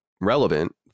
relevant